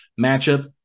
matchup